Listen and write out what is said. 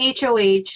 hoh